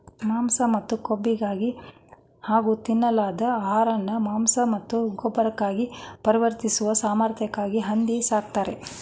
ಮಾಂಸ ಮತ್ತು ಕೊಬ್ಬಿಗಾಗಿ ಹಾಗೂ ತಿನ್ನಲಾಗದ ಆಹಾರನ ಮಾಂಸ ಮತ್ತು ಗೊಬ್ಬರವಾಗಿ ಪರಿವರ್ತಿಸುವ ಸಾಮರ್ಥ್ಯಕ್ಕಾಗಿ ಹಂದಿ ಸಾಕ್ತರೆ